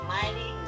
mighty